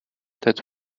that